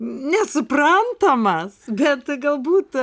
nesuprantamas bet galbūt